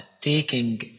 Taking